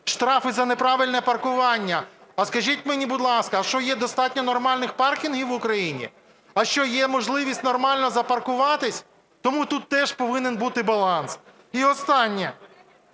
штрафи за неправильне паркування. А скажіть мені, будь ласка, а що, є достатньо нормальних паркінгів в Україні? А що, є можливість нормально запаркуватися? Тому тут теж повинен бути баланс. І останнє.